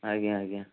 ଆଜ୍ଞା ଆଜ୍ଞା